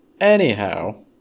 Anyhow